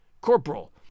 Corporal